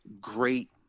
great